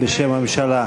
בשם הממשלה.